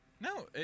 No